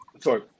sorry